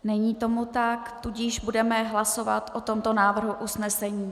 Není tomu tak, tudíž budeme hlasovat o tomto návrhu usnesení: